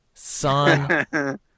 Son